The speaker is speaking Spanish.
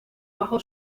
bajo